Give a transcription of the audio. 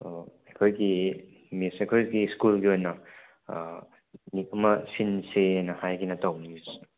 ꯑꯥ ꯑꯩꯈꯣꯏꯒꯤ ꯃꯤꯁ ꯑꯩꯈꯣꯏꯒꯤ ꯁ꯭ꯀꯨꯜꯒꯤ ꯑꯣꯏꯅ ꯄꯤꯀꯤꯅꯤꯛ ꯑꯃ ꯁꯤꯟꯁꯦꯅ ꯍꯥꯏꯒꯦꯅ ꯇꯧꯕꯅꯤ ꯃꯤꯁ